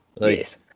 Yes